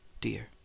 Dear